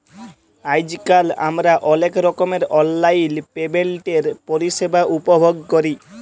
আইজকাল আমরা অলেক রকমের অললাইল পেমেল্টের পরিষেবা উপভগ ক্যরি